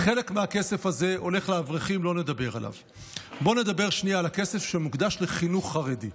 אינו נוכח, חברת הכנסת טלי גוטליב,